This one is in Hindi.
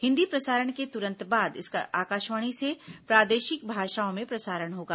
हिन्दी प्रसारण के तुरंत बाद इसका आकाशवाणी से प्रादेशिक भाषाओं में प्रसारण होगा